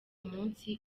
munsi